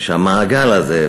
שהמעגל הזה,